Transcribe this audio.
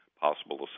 possible